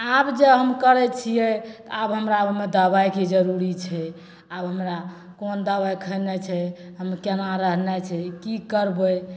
आब जे हम करै छियै तऽ आब हमरा ओहिमे दवाइके जरुरी छै आब हमरा कोन दवाइ खनाइ छै हम केना रहनाइ छै की करबै